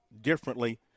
differently